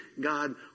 God